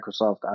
Microsoft